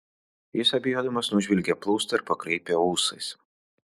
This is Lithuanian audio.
jis abejodamas nužvelgė plaustą ir pakraipė ūsais